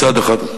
מצד אחד,